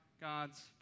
God's